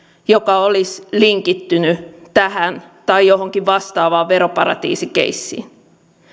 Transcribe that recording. joka olisi linkittynyt tähän tai johonkin vastaavaan veroparatiisikeissiin